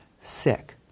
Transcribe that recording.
sick